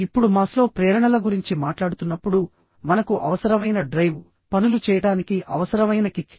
ఇప్పుడు మాస్లో ప్రేరణల గురించి మాట్లాడుతున్నప్పుడు మనకు అవసరమైన డ్రైవ్ పనులు చేయడానికి అవసరమైన కిక్